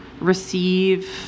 receive